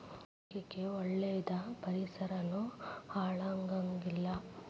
ಆರೋಗ್ಯ ಕ್ಕ ಒಳ್ಳೇದ ಪರಿಸರಾನು ಹಾಳ ಆಗಂಗಿಲ್ಲಾ